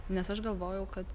nes aš galvojau kad